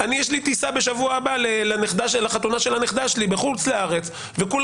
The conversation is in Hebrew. יש לי טיסה בשבוע הבא לחתונה של הנכדה שלי בחוץ לארץ ובסך הכול